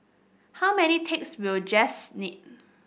how many tapes will Jess need